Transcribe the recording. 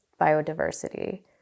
biodiversity